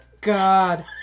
God